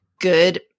good